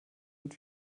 und